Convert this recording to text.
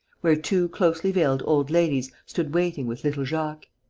where two closely veiled old ladies stood waiting with little jacques.